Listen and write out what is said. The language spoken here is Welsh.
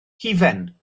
hufen